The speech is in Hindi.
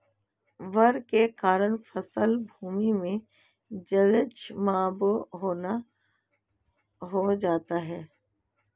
बाढ़ के कारण फसल भूमि में जलजमाव हो जाता है